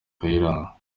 kayiranga